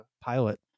pilot